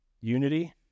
Unity